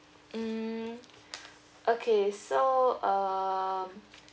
mm okay so um